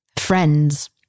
Friends